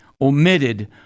omitted